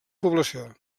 població